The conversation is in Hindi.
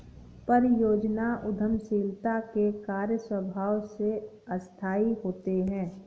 परियोजना उद्यमशीलता के कार्य स्वभाव से अस्थायी होते हैं